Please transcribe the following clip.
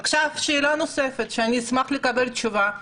עכשיו שאלה נוספת שאשמח לקבל עליה תשובה,